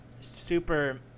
super